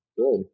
Good